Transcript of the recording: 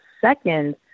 second